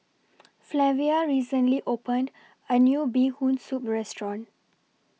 Flavia recently opened A New Bee Hoon Soup Restaurant